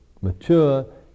mature